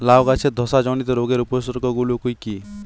লাউ গাছের ধসা জনিত রোগের উপসর্গ গুলো কি কি?